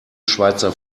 schweizer